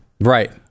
right